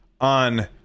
on